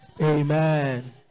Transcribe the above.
amen